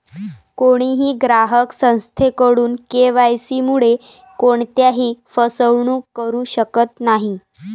कोणीही ग्राहक संस्थेकडून के.वाय.सी मुळे कोणत्याही फसवणूक करू शकत नाही